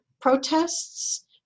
protests